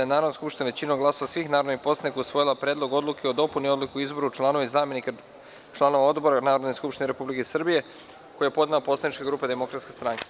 Konstatujem da je Narodna skupština većinom glasova svih narodnih poslanika usvojila Predlog odluke o dopuni Odluke o izboru članova i zamenika članova odbora Narodne skupštine Republike Srbije, koji je podnela poslanička grupa Demokratska stranka.